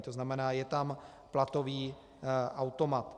To znamená, je tam platový automat.